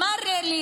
הוא אמר לי: